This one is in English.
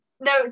no